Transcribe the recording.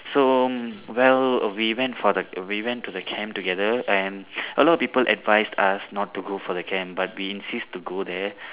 so well we went for the we went to the camp together and a lot of people advised us not to go for the camp but we insist to go there